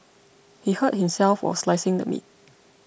he hurt himself while slicing the meat